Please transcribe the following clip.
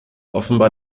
offenbar